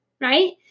Right